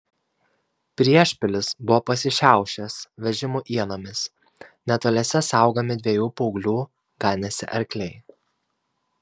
priešpilis buvo pasišiaušęs vežimų ienomis netoliese saugomi dviejų paauglių ganėsi arkliai